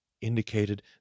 indicated